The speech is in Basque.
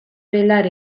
belar